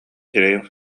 сирэйин